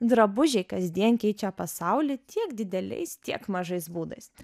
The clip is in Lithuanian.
drabužiai kasdien keičia pasaulį tiek dideliais tiek mažais būdais